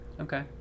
Okay